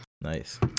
nice